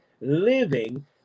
living